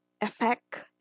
effect